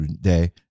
day